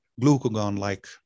glucagon-like